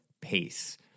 pace